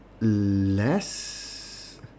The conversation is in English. less